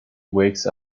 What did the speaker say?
wakes